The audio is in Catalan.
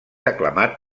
aclamat